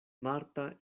marta